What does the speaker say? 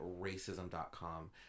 racism.com